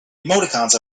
emoticons